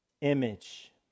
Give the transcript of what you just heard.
image